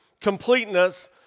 completeness